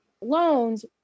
loans